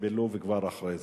ובלוב זה כבר אחרי זה.